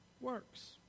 works